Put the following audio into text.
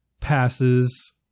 passes